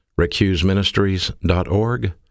recuseministries.org